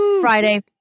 Friday